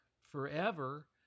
forever